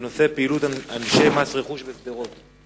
בנושא: פעילות אנשי מס רכוש בשדרות.